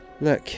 Look